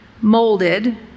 molded